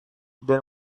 then